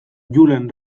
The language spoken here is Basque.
julen